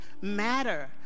matter